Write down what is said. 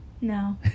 no